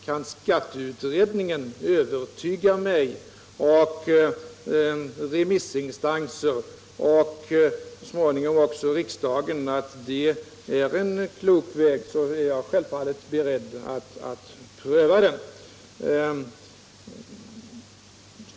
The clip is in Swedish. Kan skatteutredningen övertyga mig, remissinstanser och så småningom också riksdagen om att det är en klok väg, är jag självfallet beredd att pröva den.